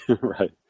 right